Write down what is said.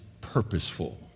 purposeful